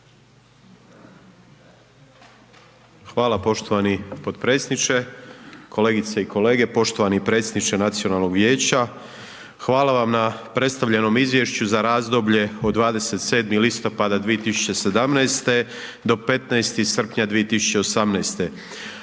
Hvala poštovani potpredsjedniče, kolegice i kolege, poštovani predsjedniče nacionalnog vijeća. Hvala vam na predstavljenom Izvješću za razdoblje od 27. listopada 2017. do 15. srpnja 2018.